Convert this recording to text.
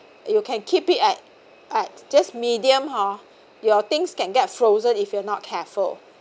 you can keep it at at just medium hor your things can get frozen if you are not careful